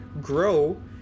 grow